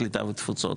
הקליטה והתפוצות.